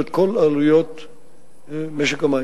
אמורות להיות מופנות לתשתיות משק המים.